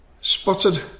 Spotted